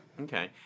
okay